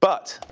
but